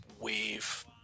wave